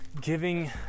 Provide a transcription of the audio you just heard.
giving